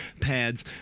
pads